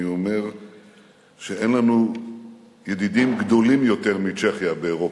אומר שאין לנו ידידים גדולים יותר מצ'כיה באירופה.